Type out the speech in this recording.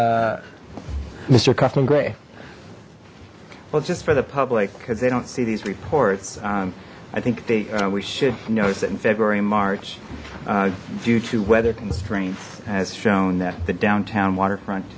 gray well just for the public because they don't see these reports i think they we should notice it in february march due to weather constraints has shown that the downtown waterfront